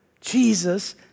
Jesus